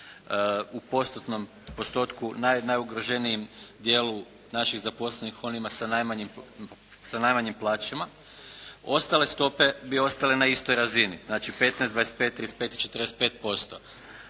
postotku najugroženijem dijelu naših zaposlenih, onima sa najmanjim plaćama. Ostale stope bi ostale na istoj razini. Znači, 15, 25, 35 i 45%.